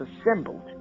assembled